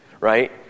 right